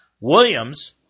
Williams